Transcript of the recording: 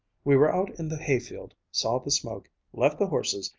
we were out in the hayfield, saw the smoke, left the horses,